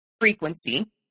frequency